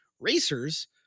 racers